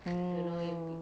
mm